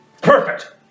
Perfect